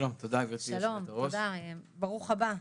שלום, תודה, גברתי היושבת-ראש -- שלום, ברוך הבא.